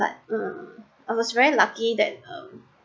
but um I was very lucky that um